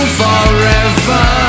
forever